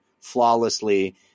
flawlessly